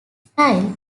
style